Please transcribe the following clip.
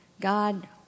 God